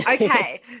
Okay